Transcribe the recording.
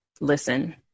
listen